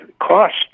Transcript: Cost